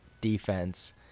defense